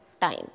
time